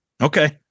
Okay